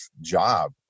job